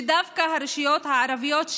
שדווקא הרשויות הערביות,